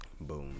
Boom